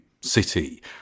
city